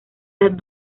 las